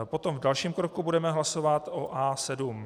Potom v dalším kroku budeme hlasovat o A7.